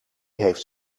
heeft